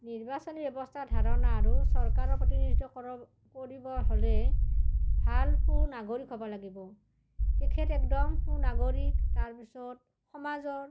নিৰ্বাচনী ব্যৱস্থা ধাৰণা আৰু চৰকাৰৰ প্ৰতিনিধিত্ব কৰিব হ'লে ভাল সু নাগৰিক হ'ব লাগিব তেখেত একদম সু নাগৰিক তাৰপিছত সমাজৰ